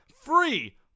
free